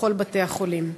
בכל בתי-החולים.